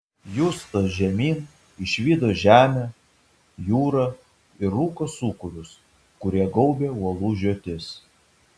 justas žemyn išvydo žemę jūrą ir rūko sūkurius kurie gaubė uolų žiotis